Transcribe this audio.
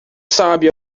sabe